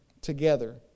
together